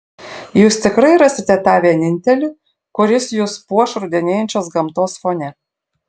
jūs tikrai rasite tą vienintelį kuris jus puoš rudenėjančios gamtos fone